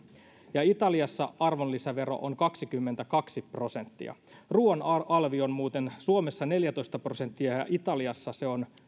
ja italiassa arvonlisävero on kaksikymmentäkaksi prosenttia ruuan alvi on muuten suomessa neljätoista prosenttia ja italiassa se on